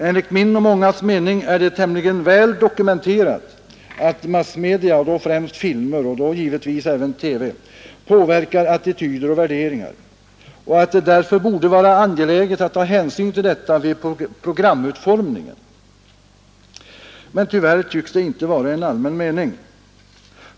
Enligt min och mångas mening är det tämligen väl dokumenterat att massmedia och då främst filmer — givetvis även TV — påverkar attityder och värderingar och att det därför borde vara angeläget att ta hänsyn till detta vid programutformningen. Men tyvärr tycks det inte vara en allmän mening.